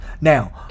Now